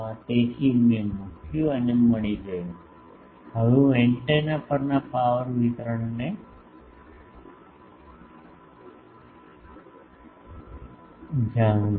તેથી મેં મૂક્યું અને મને મળી ગયું હવે હું એન્ટેના પરના પાવર વિતરણને જાણું છું